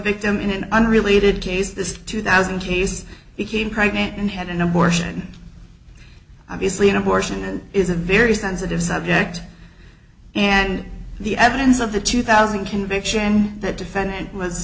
victim in an unrelated case this two thousand pieces became pregnant and had an abortion obviously an abortion is a very sensitive subject and the evidence of the two thousand conviction that defendant was